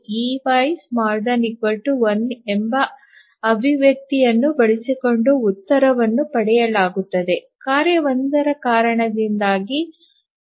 ∑ey ≤ 1 ಎಂಬ ಅಭಿವ್ಯಕ್ತಿಯನ್ನು ಬಳಸಿಕೊಂಡು ಉತ್ತರವನ್ನು ಪಡೆಯಲಾಗುತ್ತದೆ ಕಾರ್ಯ 1 ರ ಕಾರಣದಿಂದಾಗಿ 13 ಆಗಿದೆ